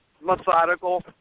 methodical